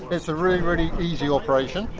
it's a really, really easy operation.